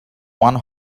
one